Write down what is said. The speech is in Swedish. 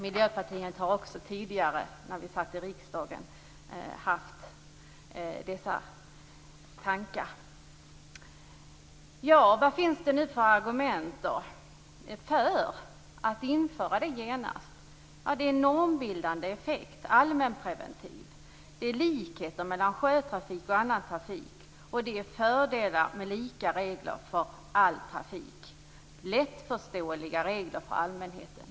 Miljöpartiet har också haft dessa tankar tidigare, när vi satt i riksdagen. Vad finns det då för argument för att införa detta genast? Det har en normbildande effekt. Det är allmänpreventivt. Det är likheter mellan sjötrafik och annan trafik. Det är fördelar med lika regler för all trafik. Det är lättförståeliga regler för allmänheten.